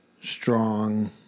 strong